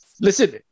Listen